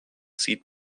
sieht